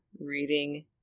reading